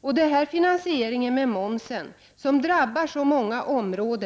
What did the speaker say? Att använda momsen som finansieringsform drabbar många områden.